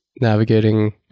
navigating